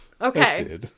Okay